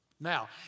Now